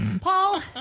Paul